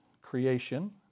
creation